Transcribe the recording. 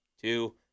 two